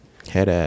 head